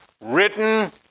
written